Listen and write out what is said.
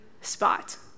spot